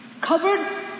covered